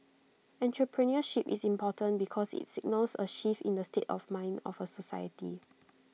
entrepreneurship is important because IT signals A shift in the state of mind of A society